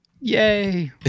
Yay